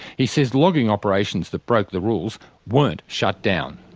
he says logging operations that broke the rules weren't shut down.